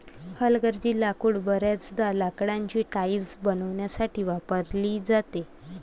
हलगर्जी लाकूड बर्याचदा लाकडाची टाइल्स बनवण्यासाठी वापरली जाते